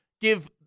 give